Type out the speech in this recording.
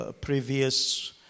Previous